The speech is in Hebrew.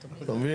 אתה מבין?